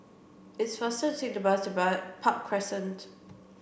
it's faster to take the bus to buy Park Crescent